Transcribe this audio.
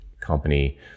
company